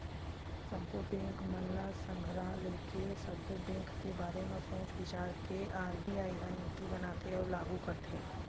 सब्बो बेंक मन ल संघरा लेके, सब्बो बेंक के बारे म सोच बिचार के आर.बी.आई ह नीति बनाथे अउ लागू करथे